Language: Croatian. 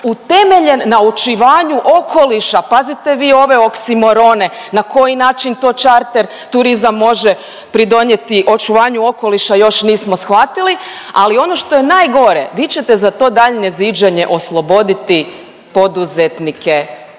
utemeljen na očuvanju okoliša, pazite vi ove oksimorone, na koji način to čarter turizam može pridonijeti očuvanju okoliša, još nismo shvatili, ali ono što je najgore, vi ćete za to daljnje ziđanje osloboditi poduzetnike poreza